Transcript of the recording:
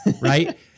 right